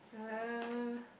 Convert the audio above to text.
hello